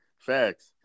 facts